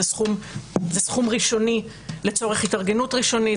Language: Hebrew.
זה סכום ראשוני לצורך התארגנות ראשונית.